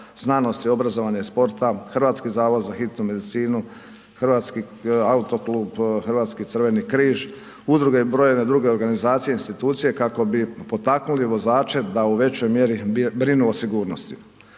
znanosti, obrazovanja i sporta, Hrvatski zavod za hitnu medicinu, HAK, hrvatski Crveni križ, udruge i brojne druge organizacije i institucije kako bi potaknuli vozače da u većoj mjeri brinu o sigurnosti.